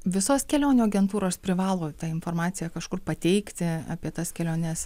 visos kelionių agentūros privalo tą informaciją kažkur pateikti apie tas keliones